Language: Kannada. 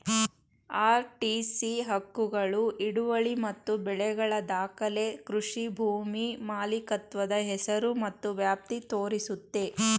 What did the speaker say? ಆರ್.ಟಿ.ಸಿ ಹಕ್ಕುಗಳು ಹಿಡುವಳಿ ಮತ್ತು ಬೆಳೆಗಳ ದಾಖಲೆ ಕೃಷಿ ಭೂಮಿ ಮಾಲೀಕತ್ವದ ಹೆಸರು ಮತ್ತು ವ್ಯಾಪ್ತಿ ತೋರಿಸುತ್ತೆ